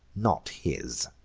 not his.